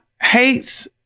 hates